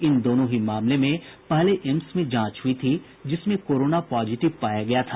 इन दोनों ही मामले में पहले एम्स में जांच हुई थी जिसमें कोरोना पॉजिटिव पाया गया था